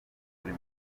buri